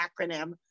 acronym